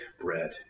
bread